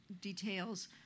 details